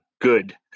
good